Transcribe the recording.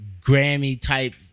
Grammy-type